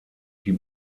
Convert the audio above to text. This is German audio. die